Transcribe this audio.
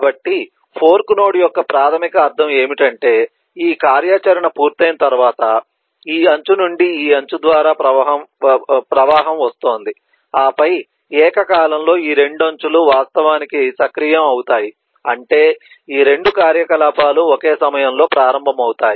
కాబట్టి fork node యొక్క ప్రాథమిక అర్ధం ఏమిటంటే ఈ కార్యాచరణ పూర్తయిన తర్వాత ఈ అంచు నుండి ఈ అంచు ద్వారా ప్రవాహం వస్తోంది ఆపై ఏకకాలంలో ఈ రెండు అంచులు వాస్తవానికి సక్రియం అవుతాయి అంటే ఈ రెండు కార్యకలాపాలు ఒకే సమయంలో ప్రారంభమవుతాయి